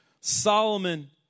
Solomon